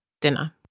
dinner